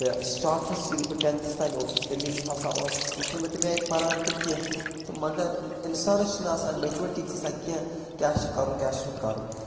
تہٕ سِٹھاٹھس ییٚلہِ بہٕ ٹٮ۪نتھس تانۍ اوسُس تمہِ وِز ہسا اوسُس نہٕ بہٕ تمہِ آے پران تہِ کیٚنٛہہ تہٕ مگر اِنسانس چھِنہٕ آسان مٮ۪چورٹی تیٖژاہ کیٚنٛہہ کیٛاہ چھُ کَرُن کیٛاہ چھُنہٕ کَرُن